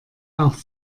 auch